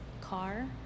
car